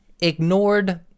ignored